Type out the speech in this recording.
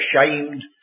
ashamed